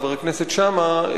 חבר הכנסת שאמה,